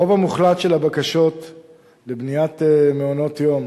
הרוב המוחלט של הבקשות לבניית מעונות יום